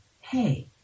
Hey